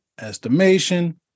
estimation